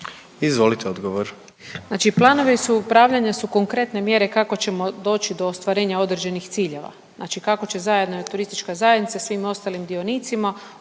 Nikolina (HDZ)** Znači planovi su upravljanja su konkretne mjere kako ćemo doći do ostvarenja određenih ciljeva, znači kako će zajedno turistička zajednica sa svim ostalim dionicima